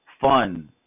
fun